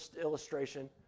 illustration